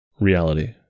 reality